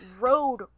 road